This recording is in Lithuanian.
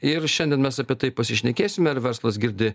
ir šiandien mes apie tai pasišnekėsime ar verslas girdi